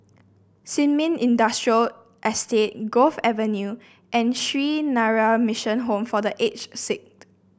Sin Ming Industrial Estate Grove Avenue and Sree Narayana Mission Home for The Aged Sick